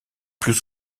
plus